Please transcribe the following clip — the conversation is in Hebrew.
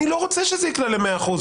אני לא רוצה שזה יקלע ל-100%,